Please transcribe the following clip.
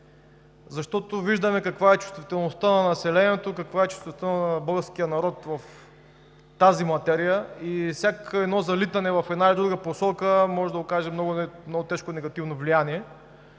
защото виждаме каква е чувствителността на населението, каква е чувствителността на българския народ в тази материя и всяко едно залитане в една или друга посока може да окаже много тежко негативно влияние.